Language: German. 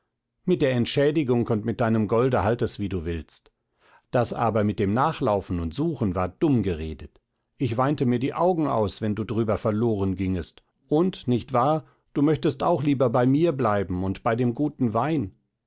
mit der entschädigung und mit deinem golde halt es wie du willst das aber mit dem nachlaufen und suchen war dumm geredet ich weinte mir die augen aus wenn du darüber verlorengingst und nicht wahr du möchtest auch lieber bei mir bleiben und bei dem guten wein